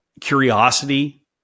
curiosity